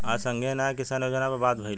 आज संघीय न्याय किसान योजना पर बात भईल ह